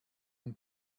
and